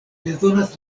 bezonas